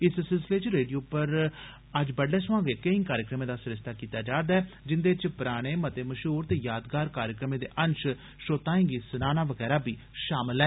इस सिलसिले च रेडियो पर बड़डलै सवां गै केंई कार्यक्रमें दा सरिस्ता कीता जा 'रदा ऐ जिंदे च पुराने मते मशहूर ते यादगार कार्यक्रमें दे अंश श्रोताएं गी स्नाना वगैरा शामल ऐ